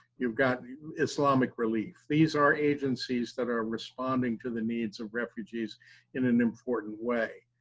you've got islamic relief. these are agencies that are responding to the needs of refugees in an important way.